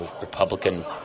Republican